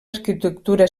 arquitectura